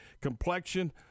complexion